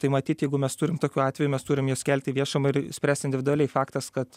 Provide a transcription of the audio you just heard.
tai matyt jeigu mes turim tokių atvejų mes turim kelt į viešumą ir spręst individualiai faktas kad